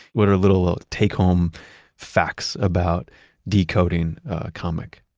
what are little take home facts about decoding a comic?